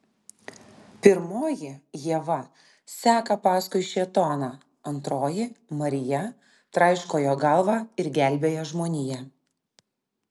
pirmoji ieva seka paskui šėtoną antroji marija traiško jo galvą ir gelbėja žmoniją